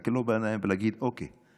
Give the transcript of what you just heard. להסתכל לו בעיניים ולהגיד: אוקיי,